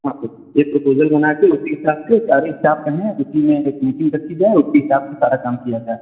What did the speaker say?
हाँ सर एक प्रोपोज़ल बना कर उसी हिसाब से सारे इस्टाफ़ रहें उसी में एक मीटिंग रखी जाए उसी हिसाब से सारा काम किया जाए